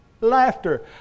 laughter